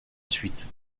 suite